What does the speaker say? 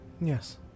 Yes